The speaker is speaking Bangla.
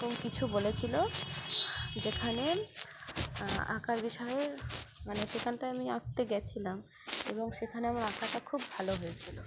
এবং কিছু বলেছিলো যেখানে আঁকার বিষয়ে মানে সেখানটায় আমি আঁকতে গিয়েছিলাম এবং সেখানে আমার আঁকাটা খুব ভালো হয়েছিলো